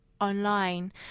online